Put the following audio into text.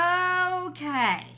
Okay